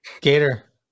Gator